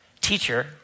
teacher